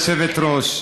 כבוד היושבת-ראש,